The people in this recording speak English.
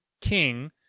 king